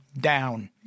down